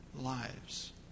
lives